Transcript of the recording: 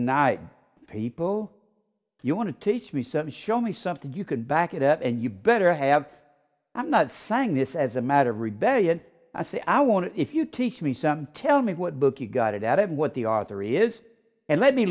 night people you want to teach me certain show me something you can back it up and you better have i'm not saying this as a matter of rebellion i say i want to if you teach me something tell me what book you got it out of what the author is and let me